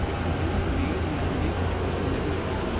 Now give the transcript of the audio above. and him and me and mandy, which was the nigger cook,